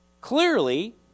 Clearly